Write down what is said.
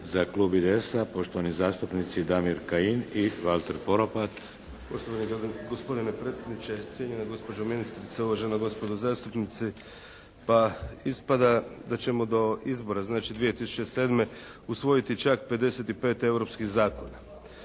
Za klub IDS-a, poštovani zastupnici Damir Kajin i Valter Poropat. **Kajin, Damir (IDS)** Poštovani gospodine predsjedniče, cijenjena gospođo ministrice, uvažena gospodo zastupnici! Pa, ispada da ćemo do izbora znači do 2007. usvojiti čak 55 europskih zakona.